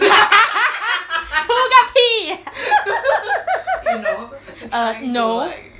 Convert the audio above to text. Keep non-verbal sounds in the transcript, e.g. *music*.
*laughs* 初个屁 *laughs* err no